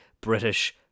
British